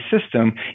system